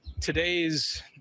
Today's